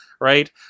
right